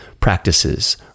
practices